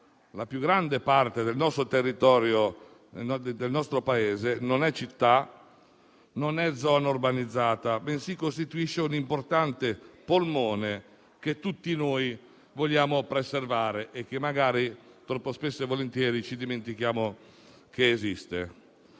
la più grande parte del territorio del nostro Paese non è città, né zona urbanizzata, bensì costituisce un importante polmone che tutti vogliamo preservare e che magari troppo spesso ci dimentichiamo che esiste.